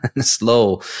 slow